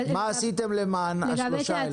מה עשיתם למען השלוש האלה?